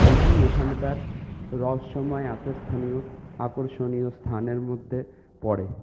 এটি এখানকার রহস্যময় আকর্ষণীয় স্থানের মধ্যে পড়ে